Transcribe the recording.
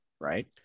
right